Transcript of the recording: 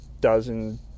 dozen